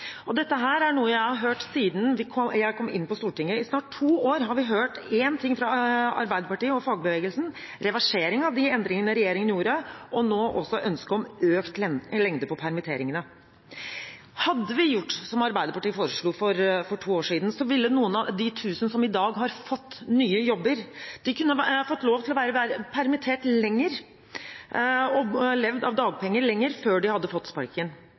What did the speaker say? Dette er noe jeg har hørt siden jeg kom inn på Stortinget. I snart to år har vi hørt én ting fra Arbeiderpartiet og fagbevegelsen: reversering av de endringene regjeringen gjorde, og nå også ønske om økt lengde på permitteringene. Hadde vi gjort som Arbeiderpartiet foreslo for to år siden, ville noen av de 1 000 som i dag har fått nye jobber, vært permittert lenger og levd av dagpenger lenger før de hadde